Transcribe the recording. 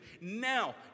Now